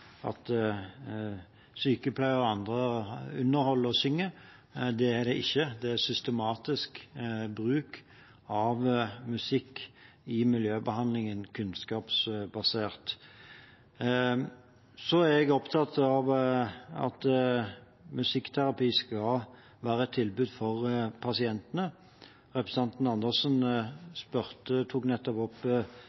at sykepleiere og andre underholder og synger. Det er det ikke. Det er systematisk, kunnskapsbasert bruk av musikk i miljøbehandlingen. Jeg er opptatt av at musikkterapi skal være et tilbud for pasientene. Representanten Andersen